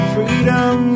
Freedom